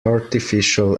artificial